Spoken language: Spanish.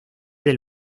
del